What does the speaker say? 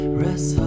rest